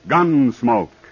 Gunsmoke